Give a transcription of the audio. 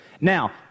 Now